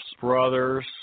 brothers